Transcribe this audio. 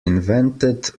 invented